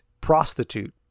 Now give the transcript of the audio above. prostitute